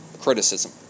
criticism